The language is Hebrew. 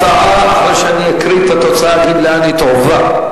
אחרי שאני אקריא את התוצאה אני אגיד לאן היא תועבר.